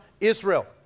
Israel